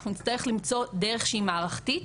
אנחנו נצטרך למצוא דרך שהיא מערכתית,